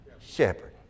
shepherd